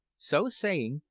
so saying,